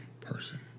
person